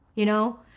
you know.